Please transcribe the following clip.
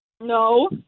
No